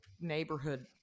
neighborhood